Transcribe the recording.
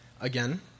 again